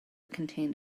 contained